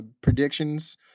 predictions